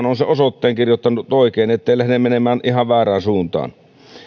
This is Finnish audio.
on sen osoitteen kirjoittanut oikein ettei lähde menemään ihan väärään suuntaan